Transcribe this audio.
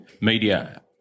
Media